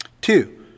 Two